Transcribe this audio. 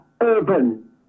urban